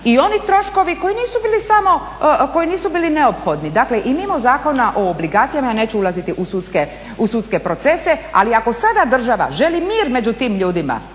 i oni troškovi koji nisu bili neophodni, dakle i mimo Zakona o obligacijama, neću ulaziti u sudske procese. Ali ako sada država želim mir među tim ljudima